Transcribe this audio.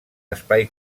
espai